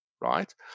right